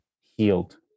healed